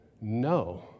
no